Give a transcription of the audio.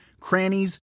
crannies